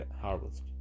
harvest